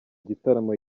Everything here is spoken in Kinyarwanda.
gitaramo